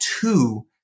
two